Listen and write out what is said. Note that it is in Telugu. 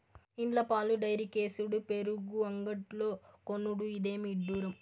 ఇండ్ల పాలు డైరీకేసుడు పెరుగు అంగడ్లో కొనుడు, ఇదేమి ఇడ్డూరం